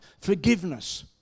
forgiveness